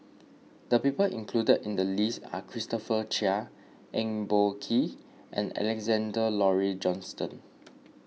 the people included in the list are Christopher Chia Eng Boh Kee and Alexander Laurie Johnston